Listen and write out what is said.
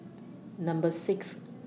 Number six